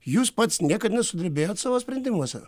jūs pats niekad nesudrebėjot savo sprendimuose